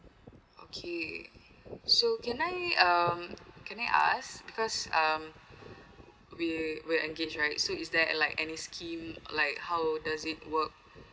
okay so can I um can I ask because um we we engage right so is there like any scheme like how does it work